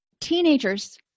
teenagers